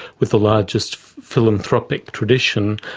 with the largest philanthropic tradition,